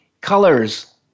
colors